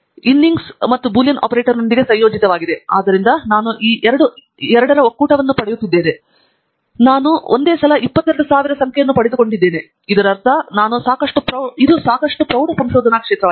inning ಮತ್ತು Boolean ಆಪರೇಟರ್ನೊಂದಿಗೆ ಸಂಯೋಜಿತವಾಗಿದೆ ಆದ್ದರಿಂದ ನಾನು ಈ ಇಬ್ಬರ ಒಕ್ಕೂಟವನ್ನು ಪಡೆಯುತ್ತಿದ್ದೇನೆ ಮತ್ತು ನಾನು ಹಿಟ್ 22000 ಸಂಖ್ಯೆಯನ್ನು ಪಡೆದುಕೊಂಡಿದ್ದೇನೆ ಇದರರ್ಥ ಇದು ಸಾಕಷ್ಟು ಪ್ರೌಢ ಸಂಶೋಧನಾ ಕ್ಷೇತ್ರವಾಗಿದೆ